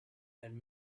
and